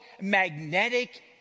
magnetic